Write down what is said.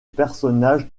personnage